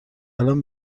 الان